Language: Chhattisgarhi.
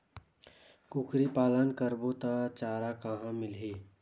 कुकरी पालन करबो त चारा कहां मिलही?